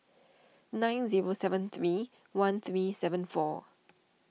nine zero seven three one three seven four